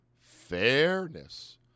fairness